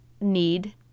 need